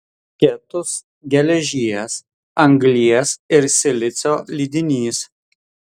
ketus geležies anglies ir silicio lydinys